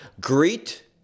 greet